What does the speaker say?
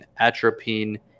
atropine